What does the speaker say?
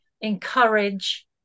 encourage